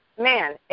man